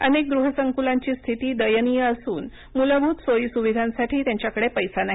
अनेक गृह संकुलाची स्थिती दयनीय असून मूलभूत सोयी सुविधांसाठी त्यांच्याकडे पैसा नाही